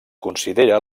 considera